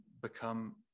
become